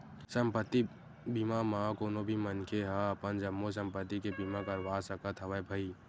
संपत्ति बीमा म कोनो भी मनखे ह अपन जम्मो संपत्ति के बीमा करवा सकत हवय भई